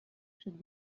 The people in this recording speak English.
should